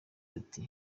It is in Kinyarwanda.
ati